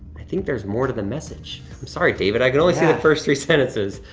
i think there's more to the message. i'm sorry, david, i can only see the first three sentences.